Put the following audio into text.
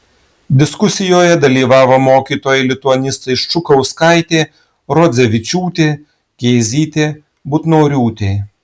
diskusijoje dalyvavo mokytojai lituanistai ščukauskaitė rodzevičiūtė kėzytė butnoriūtė